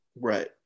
Right